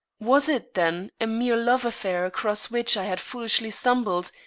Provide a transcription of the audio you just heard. was it, then, a mere love affair across which i had foolishly stumbled,